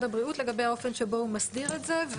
הבריאות לגבי האופן שבו הוא מסדיר את זה.